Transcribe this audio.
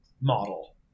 model